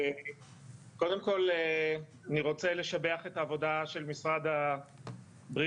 קודם כל אני רוצה לשבח את העבודה של משרד הבריאות.